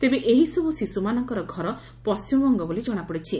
ତେବେ ଏହିସବୁ ଶିଶୁମାନଙ୍କର ଘର ପଣ୍ଟିମବଙ୍ଗ ବୋଲି ଜଣାପଡ଼ିଛି